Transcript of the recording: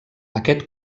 aquest